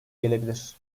gelebilir